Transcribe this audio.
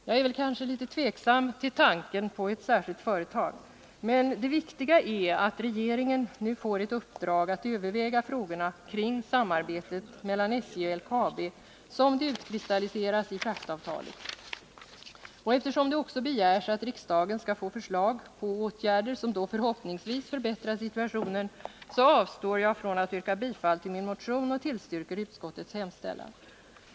Jag är väl kanske litet tveksam till tanken på ett särskilt företag, men det viktiga är att regeringen nu får ett uppdrag att överväga frågorna kring samarbetet mellan SJ och LKAB som det utkristalliseras i fraktavtalet. Eftersom det också begärs att riksdagen skall få förslag på åtgärder, som då förhoppningsvis förbättrar situationen, avstår jag från att yrka bifall till min motion och tillstyrker utskottets hemställan.